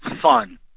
fun